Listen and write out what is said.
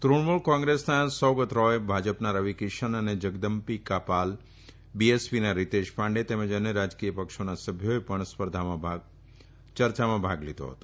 તૃણમૂલ કોંગ્રેસના સૌગત રોય ભાજપના રવિકિશન અને જગદમ્બિકા પાલ બીએસપીના રીતેશ પાંડે તેમજ અન્ય રાજકીય પક્ષોના સભ્યોએ પણ સ્પર્ધામાં ભાગ લીધો હતો